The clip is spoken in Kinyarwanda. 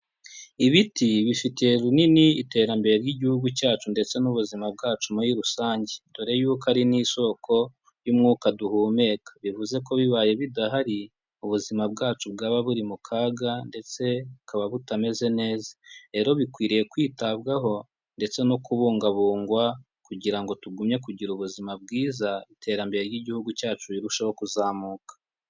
Ibiti bifatiye runini iterambere ry'igihugu cyacu ndetse n'ubuzima bwacu muri rusange dore y'uko ari n'isoko y'umwuka duhumeka bivuze ko bibaye bidahari ubuzima bwacu bwaba buri mu kaga ndetse bukaba butameze neza rero bikwiriye kwitabwaho ndetse no kubungabungwa kugira ngo tugumye kugira ubuzima bwiza iterambere ry'igihugu cyacu rirusheho kuzamuka.